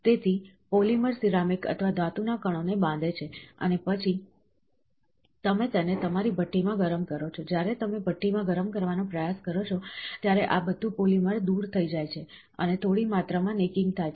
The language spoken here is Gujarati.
તેથી પોલિમર સિરામિક અથવા ધાતુના કણોને બાંધે છે અને પછી તમે તેને તમારી ભઠ્ઠીમાં ગરમ કરો છો જ્યારે તમે ભઠ્ઠીમાં ગરમ કરવાનો પ્રયાસ કરો છો ત્યારે આ બધું પોલિમર દૂર જાય છે અને થોડી માત્રા માં નેકિંગ થાય છે